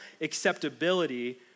acceptability